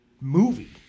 movie